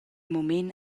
mument